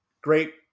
great